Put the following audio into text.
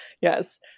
Yes